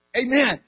Amen